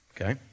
Okay